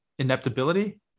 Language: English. ineptability